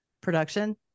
production